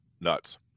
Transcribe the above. nuts